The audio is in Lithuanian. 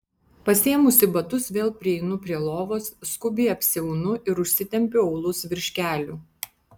pasiėmusi batus vėl prieinu prie lovos skubiai apsiaunu ir užsitempiu aulus virš kelių